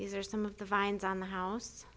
these are some of the vines on the house